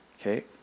okay